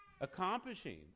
accomplishing